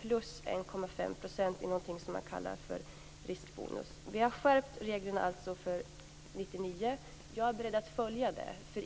plus 1,5 % som motsvarar någonting som kallas för riskbonus. Vi har alltså skärpt reglerna för 1999. Jag är beredd att följa detta.